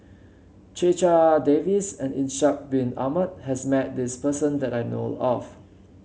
Checha Davies and Ishak Bin Ahmad has met this person that I know of